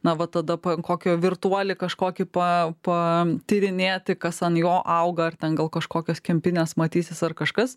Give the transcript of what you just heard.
na va tada po kokio virtuolį kažkokį pa pa tyrinėti kas ant jo auga ar ten gal kažkokios kempinės matysis ar kažkas